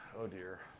oh deer.